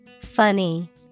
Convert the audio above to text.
funny